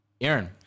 Aaron